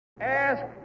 Ask